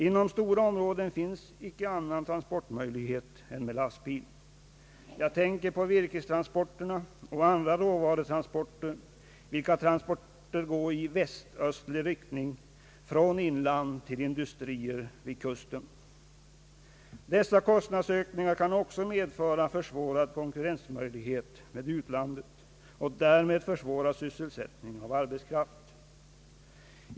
Inom stora områden finns icke annan transportmöjlighet än med lastbil. Jag tänker på virkestransporter och andra råvarutransporter, vilka går i väst-östlig riktning från inlandet till industrier vid kusten. Dessa kostnadsökningar kan också medföra försvårade möjligheter till konkurrens med utliandet och därmed försvåra sysselsättning av arbetskraft.